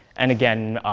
and again,